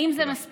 האם זה מספיק?